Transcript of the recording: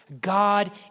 God